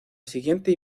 siguiente